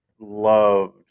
loved